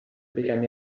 pigem